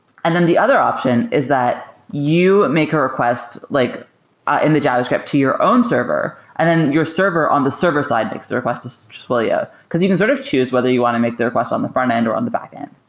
and then the other option is that you make a request like ah in the javascript to your own server, and then your server on the server side makes a request to twilio, because you can sort of choose whether you want to make the request on the frontend or on the backend.